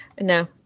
no